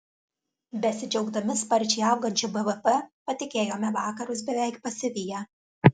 besidžiaugdami sparčiai augančiu bvp patikėjome vakarus beveik pasiviję